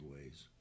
ways